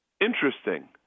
interesting